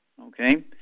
Okay